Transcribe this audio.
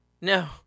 No